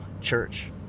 church